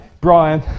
Brian